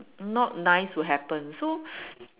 not nice would happen so